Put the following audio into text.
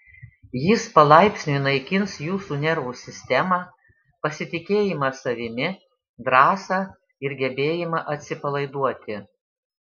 jis palaipsniui naikins jūsų nervų sistemą pasitikėjimą savimi drąsą ir gebėjimą atsipalaiduoti